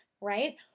right